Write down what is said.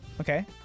Okay